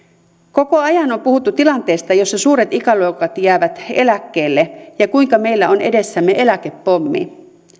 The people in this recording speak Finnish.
koko ajan on puhuttu tilanteesta jossa suuret ikäluokat jäävät eläkkeelle ja kuinka meillä on edessämme eläkepommi